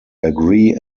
agree